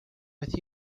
with